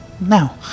Now